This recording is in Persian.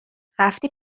رفتی